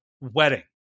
wedding